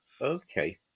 Okay